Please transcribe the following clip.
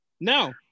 No